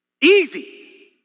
Easy